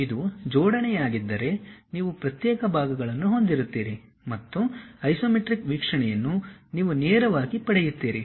ಇದು ಜೋಡಣೆಯಾಗಿದ್ದರೆ ನೀವು ಪ್ರತ್ಯೇಕ ಭಾಗಗಳನ್ನು ಹೊಂದಿರುತ್ತೀರಿ ಮತ್ತು ಐಸೊಮೆಟ್ರಿಕ್ ವೀಕ್ಷಣೆಯನ್ನು ನೀವು ನೇರವಾಗಿ ಪಡೆಯುತ್ತೀರಿ